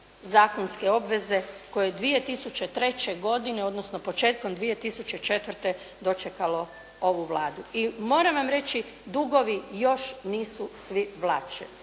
zakonske obveze koje 2003. godine, odnosno početkom 2004. dočekalo ovu Vladu i moram vam reći, dugovi još nisu svi vraćeni